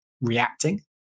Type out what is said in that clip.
reacting